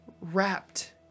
wrapped